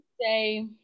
say